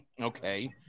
okay